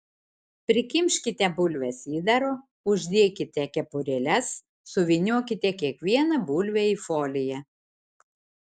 prikimškite bulves įdaro uždėkite kepurėles suvyniokite kiekvieną bulvę į foliją